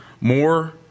more